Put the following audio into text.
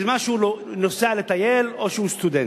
בזמן שהוא נוסע לטייל או שהוא סטודנט.